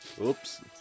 Oops